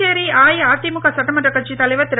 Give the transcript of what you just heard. புதுச்சேரி அஇஅதிமுக சட்டமன்ற கட்சி தலைவர் திரு